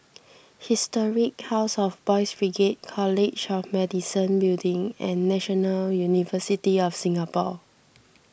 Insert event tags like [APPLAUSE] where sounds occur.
[NOISE] Historic House of Boys' Brigade College of Medicine Building and National University of Singapore